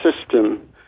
system